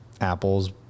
Apple's